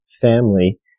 family